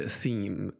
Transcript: theme